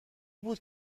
بود